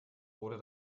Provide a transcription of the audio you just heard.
wurde